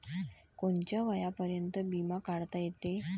कोनच्या वयापर्यंत बिमा काढता येते?